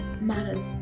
matters